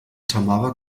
tamara